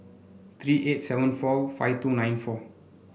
three eight seven four five two nine four